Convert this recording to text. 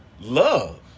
Love